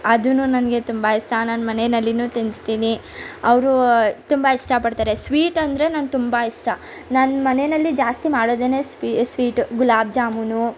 ಅದೂ ನನಗೆ ತುಂಬ ಇಷ್ಟ ನನ್ನ ಮನೆಯಲ್ಲಿಯೂ ತಿನ್ನಿಸ್ತೀನಿ ಅವರು ತುಂಬ ಇಷ್ಟಪಡ್ತಾರೆ ಸ್ವೀಟ್ ಅಂದರೆ ನನ್ಗೆ ತುಂಬ ಇಷ್ಟ ನಾನು ಮನೆಯಲ್ಲಿ ಜಾಸ್ತಿ ಮಾಡೋದೇನೆ ಸ್ವೀಟು ಗುಲಾಬ್ ಜಾಮೂನು